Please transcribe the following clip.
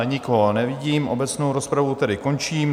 Nikoho nevidím, obecnou rozpravu tedy končím.